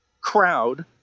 crowd